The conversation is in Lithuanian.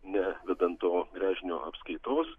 ne vedant to gręžinio apskaitos